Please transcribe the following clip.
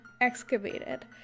excavated